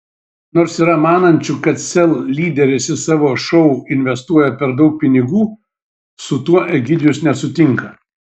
nors yra manančių kad sel lyderis į savo šou investuoja per daug pinigų su tuo egidijus nesutinka